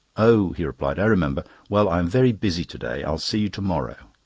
oh! he replied, i remember. well, i am very busy to-day i will see you to-morrow.